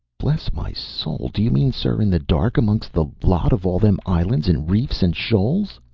bless my soul! do you mean, sir, in the dark amongst the lot of all them islands and reefs and shoals?